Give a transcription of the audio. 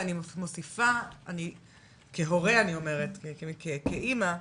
ואני מוסיפה כהורה, כאימא: